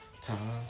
Time